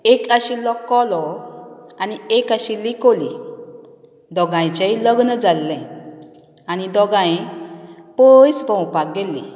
एक आशिल्लो कोलो आनी एक आशिल्ली कोली दोगायचेंय लग्न जाल्लें आनी दोगाय पयस भोंवपाक गेल्लीं